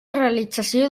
realització